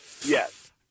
Yes